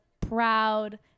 proud